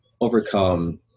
overcome